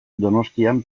donostian